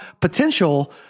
potential